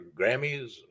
Grammys